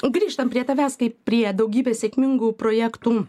grįžtam prie tavęs kaip prie daugybės sėkmingų projektų